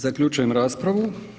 Zaključujem raspravu.